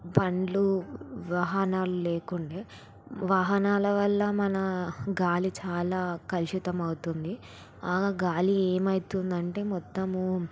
బండ్లు వాహనాలు లేకుండేవి వాహనాల వల్ల మన గాలి చాలా కలుషితమవుతుంది ఆ గాలి ఏమవుతుందంటే మొత్తము